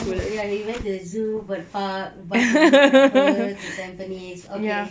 no ya we went to the zoo bird park bus number eleven to tampines okay